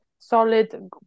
solid